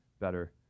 better